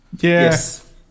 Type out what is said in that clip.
Yes